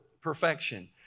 perfection